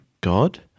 God